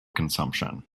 consumption